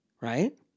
right